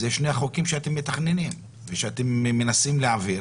אלה שני חוקים שאתם מתכננים ושאתם מנסים להעביר